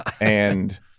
And-